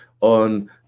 on